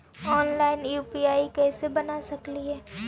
Online UPI कैसे बना सकली ही?